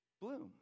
bloom